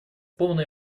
полной